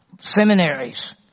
seminaries